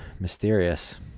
mysterious